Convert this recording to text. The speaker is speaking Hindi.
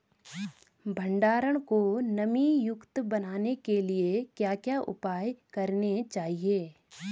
भंडारण को नमी युक्त बनाने के लिए क्या क्या उपाय करने चाहिए?